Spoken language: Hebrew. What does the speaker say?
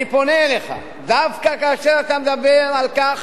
אני פונה אליך, דווקא כאשר אתה מדבר על כך